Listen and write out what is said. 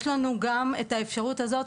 יש לנו גם את האפשרות הזאת,